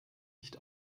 nicht